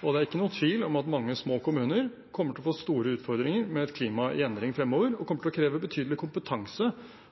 og det er ingen tvil om at mange små kommuner kommer til å få store utfordringer med et klima i endring framover. Det kommer til å kreve betydelig kompetanse